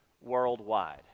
worldwide